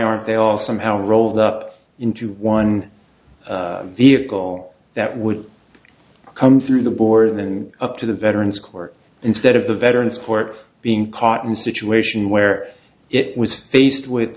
are they all somehow rolled up into one vehicle that would i'm through the board and then up to the veterans court instead of the veterans court being caught in a situation where it was faced with